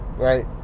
Right